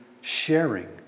sharing